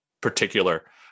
particular